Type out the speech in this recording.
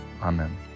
Amen